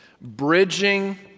bridging